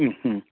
മ്മ് മ്മ്